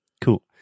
Cool